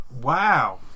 wow